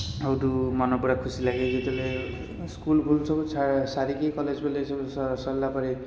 ସେଇଠୁ ମନ ପୁରା ଖୁସି ଲାଗେ ଯେତେବେଳେ ସ୍କୁଲ୍ଫୁଲ୍ ସବୁ ସାରିକି କଲେଜଫଲେଜ ସରିଲା ପରେ